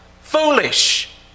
Foolish